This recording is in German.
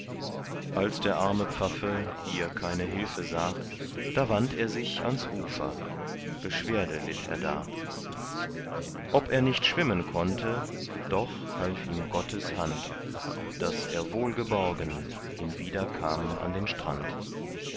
als der arme pfaffe hier keine hilfe sah da wandt er sich ans ufer beschwerde litt er da ob er nicht schwimmen konnte doch half ihm gottes hand daß er wohlgeborgen hinwieder kam an den strand